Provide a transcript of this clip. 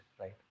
right